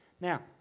Now